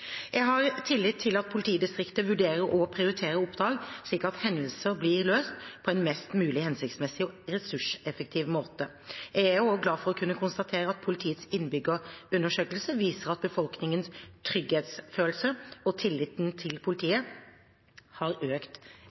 Jeg har tillit til at politidistriktet vurderer og prioriterer oppdrag, slik at hendelser blir løst på en mest mulig hensiktsmessig og ressurseffektiv måte. Jeg er også glad for å kunne konstatere at politiets innbyggerundersøkelse viser at befolkningens trygghetsfølelse og tilliten til politiet har økt